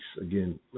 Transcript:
again